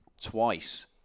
twice